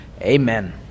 Amen